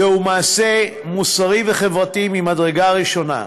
זהו מעשה מוסרי וחברתי ממדרגה ראשונה.